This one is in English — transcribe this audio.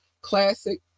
classic